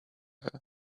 her